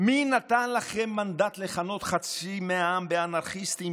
מי נתן לכם מנדט לכנות חצי מהעם אנרכיסטים,